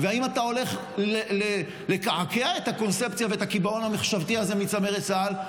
האם אתה הולך לקעקע את הקונספציה ואת הקיבעון המחשבתי על זה מצמרת צה"ל?